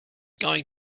going